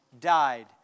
died